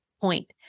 point